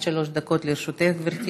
עד שלוש דקות לרשותך, גברתי.